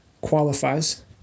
Qualifies